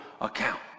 account